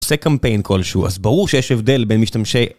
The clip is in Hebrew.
עושה קמפיין כלשהו אז ברור שיש הבדל בין משתמשי